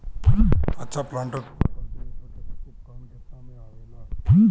अच्छा प्लांटर तथा क्लटीवेटर उपकरण केतना में आवेला?